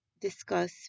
discuss